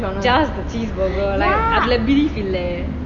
just the cheeseburger அதுல:athula beef இல்ல:illa